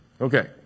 Okay